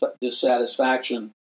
dissatisfaction